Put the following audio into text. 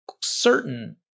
certain